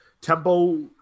Tempo